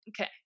Okay